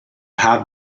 have